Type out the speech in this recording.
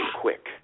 quick